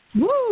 Woo